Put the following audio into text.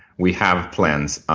we have plans.